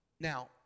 Now